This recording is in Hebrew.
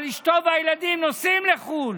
אבל אשתו והילדים נוסעים לחו"ל,